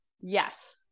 Yes